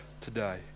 today